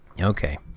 Okay